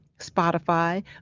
Spotify